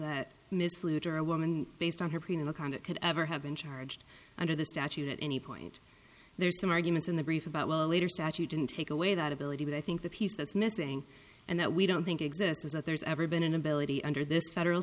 that ms fluke or a woman based on her personal conduct could ever have been charged under the statute at any point there are some arguments in the brief about well later statute didn't take away that ability but i think the piece that's missing and that we don't think exists is that there's ever been an ability under this federal